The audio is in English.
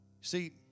See